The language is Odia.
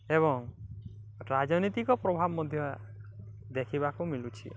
ଏବଂ ରାଜନୈତିକ ପ୍ରଭାବ ମଧ୍ୟ ଦେଖିବାକୁ ମିଳୁଛି